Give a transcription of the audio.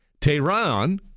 Tehran